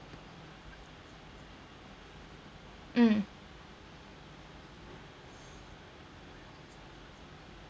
mm